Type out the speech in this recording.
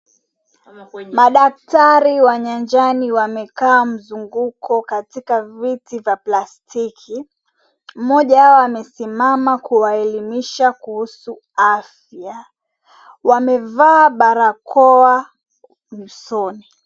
Madaktari wa nyanjani wamekaa mzunguko katika viti vya plastiki, mmoja wao amesimama kuwaelimisha kuhusu afya. Wamevaa barakoa usoni.